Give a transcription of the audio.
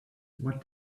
what